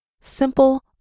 simple